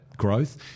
growth